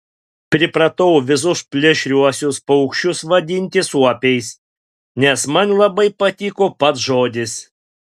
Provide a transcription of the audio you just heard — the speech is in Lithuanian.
pripratau visus plėšriuosius paukščius vadinti suopiais nes man labai patiko pats žodis